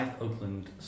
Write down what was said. Oakland